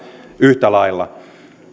yhtä lailla